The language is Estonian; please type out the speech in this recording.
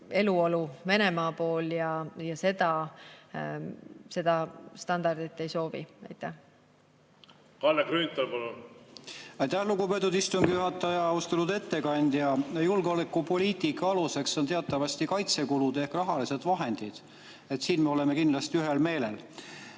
eluolu Venemaa pool ja seda standardit [endale] ei soovi. Kalle Grünthal, palun! Aitäh, lugupeetud istungi juhataja! Austatud ettekandja! Julgeolekupoliitika aluseks on teatavasti kaitsekulud ehk rahalised vahendid. Siin me oleme kindlasti ühel meelel.